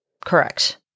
Correct